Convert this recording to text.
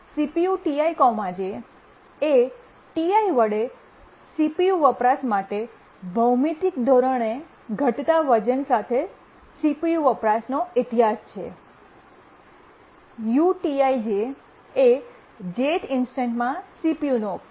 CPUTij એ Ti વડે CPU વપરાશ માટે ભૌમિતિક ધોરણે ઘટતા વજન સાથે સીપીયુ વપરાશનો ઇતિહાસ છે UTij એ Jth ઇન્સ્ટન્ટમાં સીપીયુ ઉપયોગ